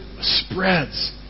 spreads